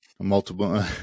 Multiple